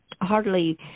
hardly